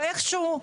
ואיכשהו,